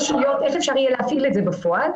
איך אפשר יהיה להפעיל את זה בפועל.